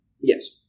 Yes